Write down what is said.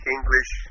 English